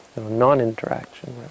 non-interaction